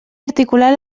articular